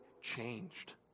changed